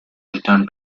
return